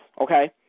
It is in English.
okay